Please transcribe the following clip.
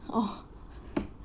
oh